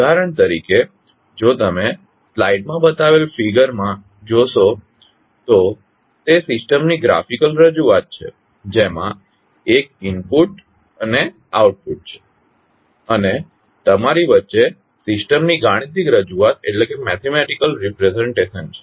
ઉદાહરણ તરીકે જો તમે સ્લાઇડમાં બતાવેલ ફિગર જોશો તો તે સિસ્ટમની ગ્રાફિકલ રજૂઆત છે જેમાં એક ઇનપુટ અને આઉટપુટ છે અને તમારી વચ્ચે સિસ્ટમની ગાણિતિક રજૂઆત છે